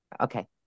Okay